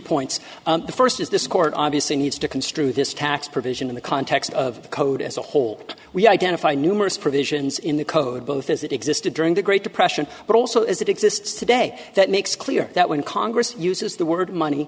points the first is this court obviously needs to construe this tax provision in the context of the code as a whole we identify numerous provisions in the code both as it existed during the great depression but also as it exists today that makes clear that when congress uses the word money